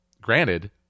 granted